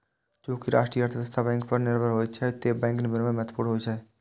चूंकि राष्ट्रीय अर्थव्यवस्था बैंक पर निर्भर होइ छै, तें बैंक विनियमन महत्वपूर्ण होइ छै